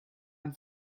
ein